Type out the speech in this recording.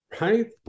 right